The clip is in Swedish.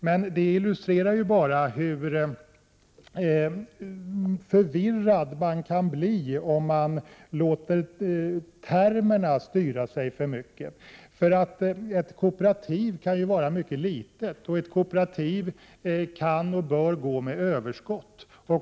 Detta illustrerar ju bara hur förvirrad man kan bli om man låter termerna styra sig för mycket. Ett kooperativ kan ju vara mycket litet, och ett kooperativ kan och bör gå med överskott.